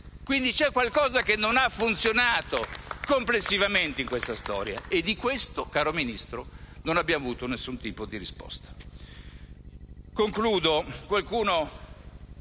XVII)*. C'è qualcosa che non ha funzionato complessivamente in questa storia e su questo, caro Ministro, non abbiamo avuto alcun tipo di risposta.